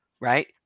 right